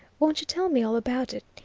won't you tell me all about it?